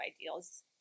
ideals